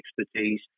expertise